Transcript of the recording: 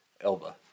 Elba